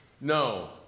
No